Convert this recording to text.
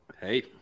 Hey